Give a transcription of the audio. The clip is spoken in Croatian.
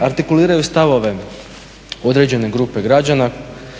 artikuliraju stavove određene grupe građana